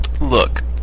look